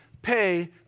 Pay